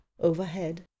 overhead